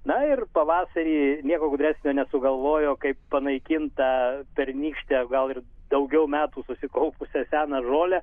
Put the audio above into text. na ir pavasarį nieko gudresnio nesugalvojo kaip panaikint tą pernykštę gal daugiau metų susikaupusią seną žolę